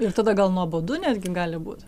ir tada gal nuobodu netgi gali būt